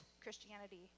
Christianity